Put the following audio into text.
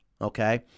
okay